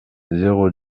zéro